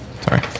Sorry